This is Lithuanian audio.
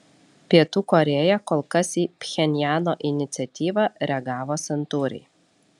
pietų korėja kol kas į pchenjano iniciatyvą reagavo santūriai